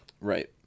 Right